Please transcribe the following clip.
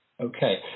Okay